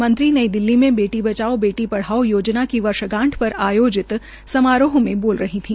मंत्र नई दिल्ली में बेटी बचाओ बेटी पढ़ाओं योजना की वर्षगांठ की आयोजित समारोह में बोल रही थी